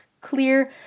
clear